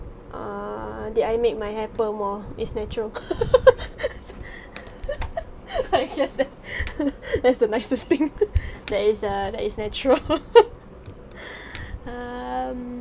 err did I make my hair perm ah is natural I guess that's that's the nicest thing that is err that is natural um